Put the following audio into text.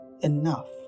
enough